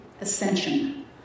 ascension